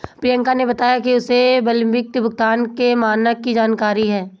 प्रियंका ने बताया कि उसे विलंबित भुगतान के मानक की जानकारी है